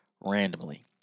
randomly